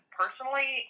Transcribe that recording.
personally